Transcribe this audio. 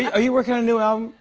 yeah are you working on a new album?